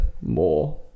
more